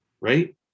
right